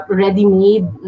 ready-made